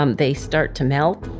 um they start to melt.